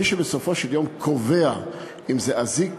מי שבסופו של יום קובע אם זה אזיק